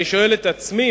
אני שואל את עצמי,